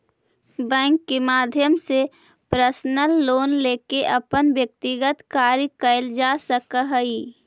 bank के माध्यम से पर्सनल लोन लेके अपन व्यक्तिगत कार्य कैल जा सकऽ हइ